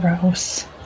Gross